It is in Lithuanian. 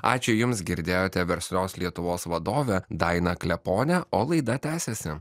ačiū jums girdėjote verslios lietuvos vadovę dainą kleponę o laida tęsiasi